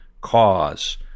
cause